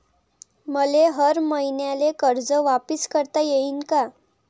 मले हर मईन्याले कर्ज वापिस करता येईन का?